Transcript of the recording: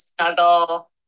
snuggle